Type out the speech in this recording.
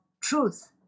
truth